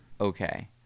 Okay